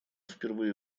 впервые